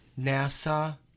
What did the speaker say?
NASA